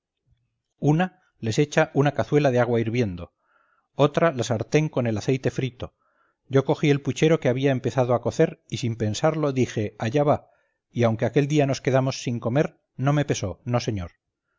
una les echaba una cazuela de agua hirviendo otra la sartén con el aceite frito yo cogí el puchero que había empezado a cocer y sin pensarlo dije allá va y aunque aquel día nos quedamos sin comer no me pesó no señor